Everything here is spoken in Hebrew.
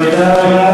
תודה רבה.